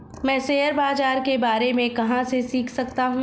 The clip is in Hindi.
मैं शेयर बाज़ार के बारे में कहाँ से सीख सकता हूँ?